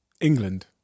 England